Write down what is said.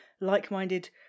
like-minded